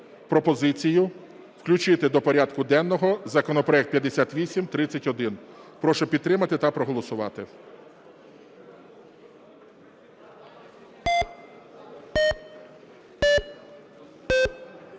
пропозицію включити до порядку денного законопроект 5831. Прошу підтримати та проголосувати.